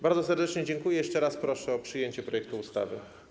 Bardzo serdecznie dziękuję i jeszcze raz proszę o przyjęcie projektu ustawy.